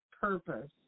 purpose